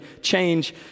change